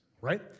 right